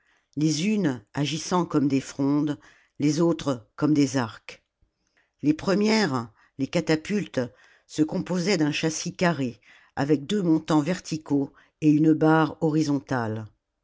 les unes agissant comme des frondes les autres comme des arcs les premières les catapultes se composaient d'un châssis carré avec deux montants verticaux et une barre horizontale